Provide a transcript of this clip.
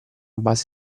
base